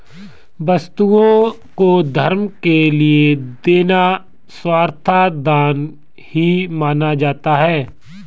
वस्तुओं को धर्म के लिये देना सर्वथा दान ही माना जाता है